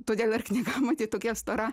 todėl ir knyga matyt tokia stora